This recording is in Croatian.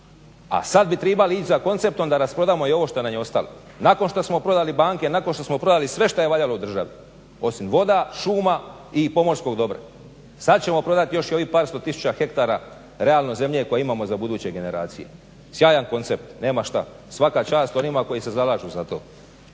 A sada bi trebali ići za konceptom da rasprodamo i ovo što nam je ostalo. Nakon što smo prodali banke nakon što smo prodali sve što je valjalo u državi osim voda, šuma i pomorskog dobra, sada ćemo prodati i još ovih par sto tisuća hektara realno zemlje koje imamo za buduće generacije. Sjajan koncept nema šta, svaka čast onima koji se zalažu za to.